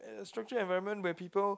a structured environment where people